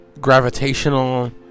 gravitational